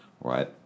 right